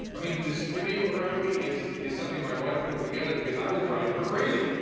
i mean, this studio around me is is something my wife put together because i was driving her crazy.